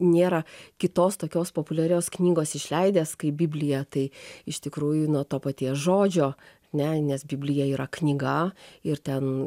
nėra kitos tokios populiarios knygos išleidęs kaip biblija tai iš tikrųjų nuo to paties žodžio ne nes biblija yra knyga ir ten